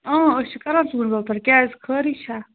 أسۍ چھِ کَران ژوٗرِ بَلہٕ پٮ۪ٹھ کیٛازِ خٲری چھا